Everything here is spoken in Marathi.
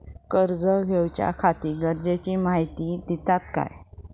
कर्ज घेऊच्याखाती गरजेची माहिती दितात काय?